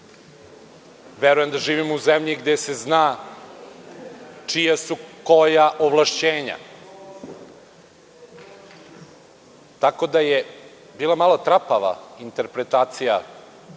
Verujem da živim u zemlji gde se zna čija su koja ovlašćenja, tako da je bila malo trapava interpretacija